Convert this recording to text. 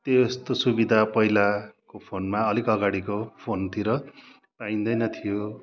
त्यस्तो सुविधा पहिलाको फोनमा अलिक अगाडिको फोनतिर पाइँदैन थियो